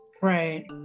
Right